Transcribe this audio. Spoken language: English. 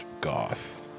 goth